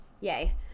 Yay